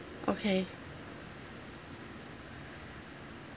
okay